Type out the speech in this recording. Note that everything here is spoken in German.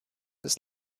des